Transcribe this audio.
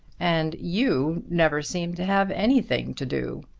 and you never seem to have anything to do.